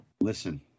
listen